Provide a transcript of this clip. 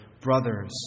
brothers